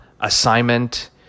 assignment